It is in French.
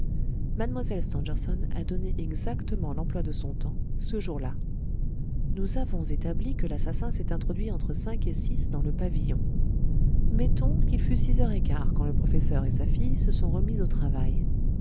mlle stangerson a donné exactement l'emploi de son temps ce jour-là nous avons établi que l'assassin s'est introduit entre cinq et six heures dans le pavillon mettons qu'il fût six heures et quart quand le professeur et sa fille se sont remis au travail